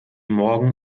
morgen